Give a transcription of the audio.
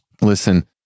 listen